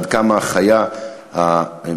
ועד כמה החיה הנאצית,